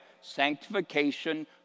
sanctification